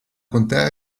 contea